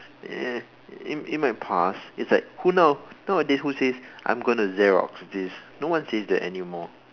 eh it it might pass it's like who now nowadays who says I'm going to Xerox this no one says that anymore